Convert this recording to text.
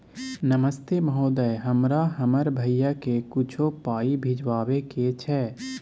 नमस्ते महोदय, हमरा हमर भैया के कुछो पाई भिजवावे के छै?